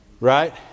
Right